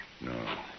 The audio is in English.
No